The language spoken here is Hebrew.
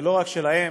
ולא רק להם,